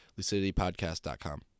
luciditypodcast.com